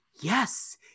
yes